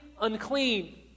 unclean